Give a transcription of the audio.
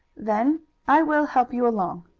then i will help you along.